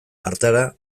hartara